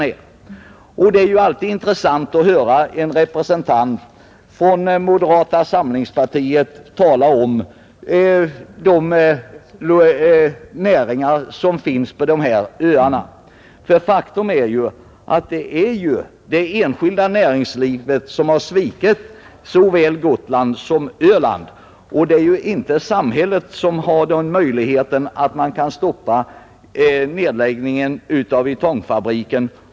Men det är intressant att höra en representant för moderata samlingspartiet tala om näringarna på Öland och Gotland. Ett faktum är nämligen att det är det enskilda näringslivet som har svikit på båda dessa öar; samhället har inte haft några möjligheter att stoppa nedläggningen av Ytongfabriken.